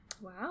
Wow